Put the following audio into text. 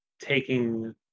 taking